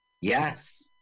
Yes